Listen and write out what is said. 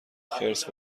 خرس